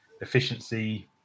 efficiency